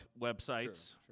websites